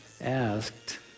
asked